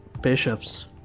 bishops